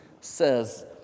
says